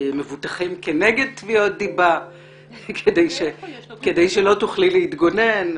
המבוטחים כנגד תביעות דיבה כדי שלא תוכלי להתגונן.